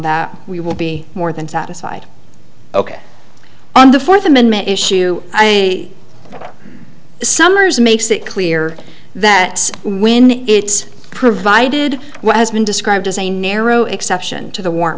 that we will be more than satisfied ok on the fourth amendment issue i will somers makes it clear that when it's provided what has been described as a narrow exception to the w